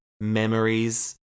memories